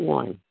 one